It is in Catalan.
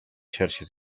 xarxes